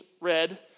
red